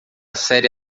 série